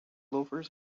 loafers